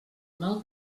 mal